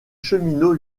cheminots